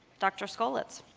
dr. skolits.